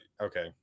okay